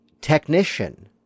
technician